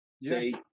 Say